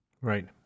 Right